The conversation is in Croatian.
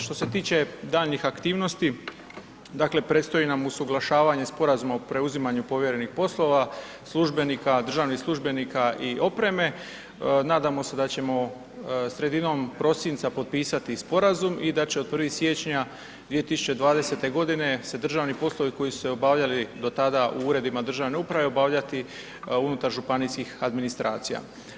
Što se tiče daljnjih aktivnosti, dakle, predstoji nam usuglašavanje Sporazuma o preuzimanju povjerenih poslova državnih službenika i opreme, nadamo se da ćemo sredinom prosinca potpisati sporazum i da će od 1. siječnja 2020.g. se državni poslovi koji su se obavljali do tada u Uredima državne uprave, obavljati unutar županijskih administracija.